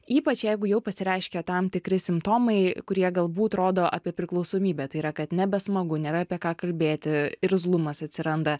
ypač jeigu jau pasireiškia tam tikri simptomai kurie galbūt rodo apie priklausomybę tai yra kad nebesmagu nėra apie ką kalbėti irzlumas atsiranda